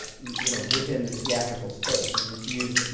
you know, within the theatrical space. i mean, it's used you